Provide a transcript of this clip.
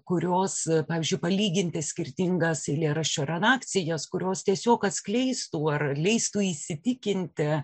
kurios pavyzdžiui palyginti skirtingas eilėraščio redakcijas kurios tiesiog atskleistų ar leistų įsitikinti